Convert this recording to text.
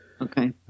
Okay